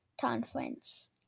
conference